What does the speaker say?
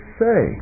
say